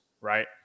Right